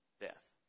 death